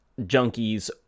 junkies